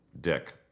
dick